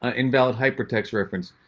ah invalid hypertext reference,